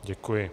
Děkuji.